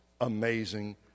amazing